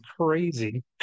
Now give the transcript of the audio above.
crazy